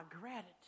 gratitude